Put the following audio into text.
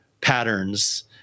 patterns